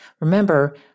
Remember